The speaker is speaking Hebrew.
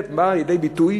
זה בא לידי ביטוי